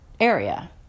area